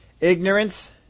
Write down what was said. Ignorance